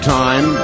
time